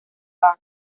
bart